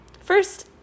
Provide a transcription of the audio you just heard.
First